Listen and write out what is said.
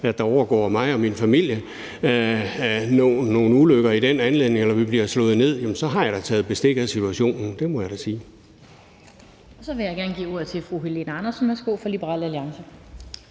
at der overgår mig og min familie nogle ulykker i den anledning eller vi bliver slået ned, jamen så har jeg da taget bestik af situationen. Det må jeg da sige. Kl. 18:21 Den fg. formand (Annette Lind): Så vil jeg gerne give